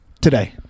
today